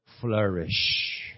flourish